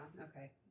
okay